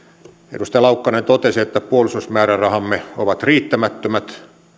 edustaja laukkanen totesi että puolustusmäärärahamme ovat riittämättömät